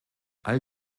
all